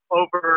over